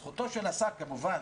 כמובן,